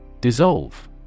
Dissolve